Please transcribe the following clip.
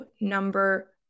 number